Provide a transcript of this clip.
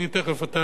תיכף אתה,